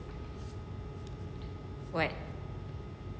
what